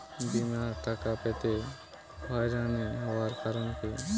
বিমার টাকা পেতে হয়রানি হওয়ার কারণ কি?